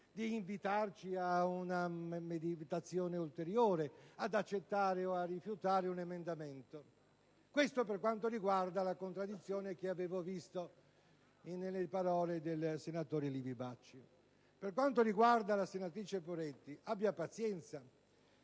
di invitarci ad una meditazione ulteriore, ad accettare o a rifiutare un emendamento. Questo per quanto riguarda la contraddizione che avevo rilevato nelle parole del senatore Livi Bacci. In ordine all'intervento della senatrice Poretti, la invito ad